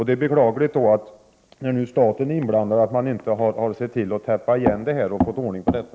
Det är beklagligt nu när staten är inblandad att man inte har sett till att täppa igen det här och få ordning på detta.